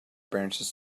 brandished